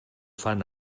fan